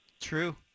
True